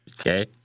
Okay